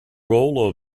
role